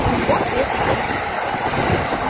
won't miss stacy be delighted?